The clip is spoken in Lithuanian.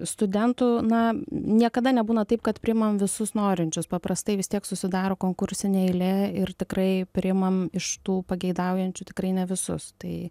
studentų na niekada nebūna taip kad priimam visus norinčius paprastai vis tiek susidaro konkursinė eilė ir tikrai priimam iš tų pageidaujančių tikrai ne visus tai